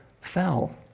fell